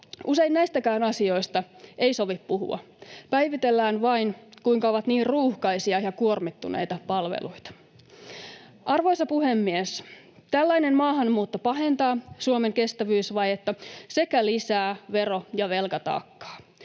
Usein näistäkään asioista ei sovi puhua. Päivitellään vain, kuinka ovat niin ruuhkaisia ja kuormittuneita palveluita. Arvoisa puhemies! Tällainen maahanmuutto pahentaa Suomen kestävyysvajetta sekä lisää vero- ja velkataakkaa.